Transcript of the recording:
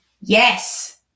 yes